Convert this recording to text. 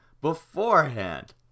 beforehand